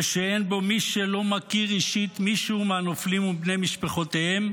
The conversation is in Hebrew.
ושאין בו מי שלא מכיר אישית מישהו מהנופלים ובני משפחותיהם,